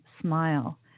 Smile